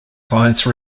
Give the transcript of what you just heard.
science